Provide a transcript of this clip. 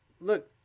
look